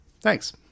Thanks